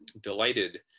delighted